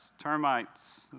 termites